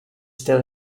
still